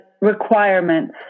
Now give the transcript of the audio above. requirements